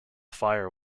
fire